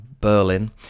berlin